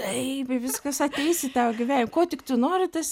taip ir viskas ateis į tavo gyvenimą ko tik nori tas